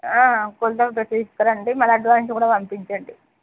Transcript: కొలతలు తీసుకురండి మళ్ళీ అడ్వాన్స్ కూడా పంపించండి